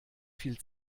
viel